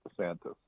DeSantis